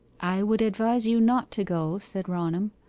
i would advise you not to go said raunham.